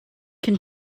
can